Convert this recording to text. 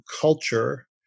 culture